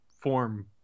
form